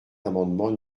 l’amendement